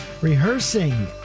rehearsing